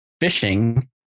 fishing